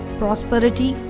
prosperity